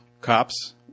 cops